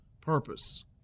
purpose